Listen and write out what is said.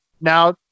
Now